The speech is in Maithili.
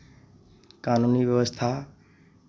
कानूनी व्यवस्था